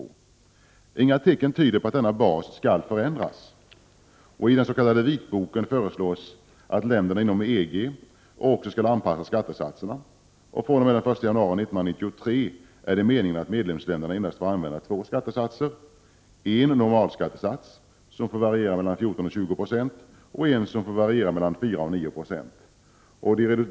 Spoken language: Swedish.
Det finns inga tecken som tyder på att denna bas skall förändras. I den s.k. vitboken föreslås också att länderna inom EG skall anpassa skattesatserna. Från den 1 januari 1993 är det meningen att medlemsländerna endast skall få använda två skattesatser, en normalskattesats som får variera mellan 14 och 20 96 och en som får variera mellan 4 och 9 926.